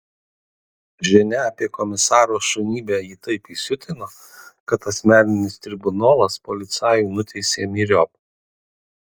žinia apie komisaro šunybę jį taip įsiutino kad asmeninis tribunolas policajų nuteisė myriop